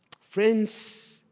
Friends